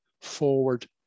forward